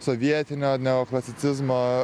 sovietinio neoklasicizmo